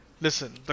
Listen